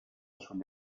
sugli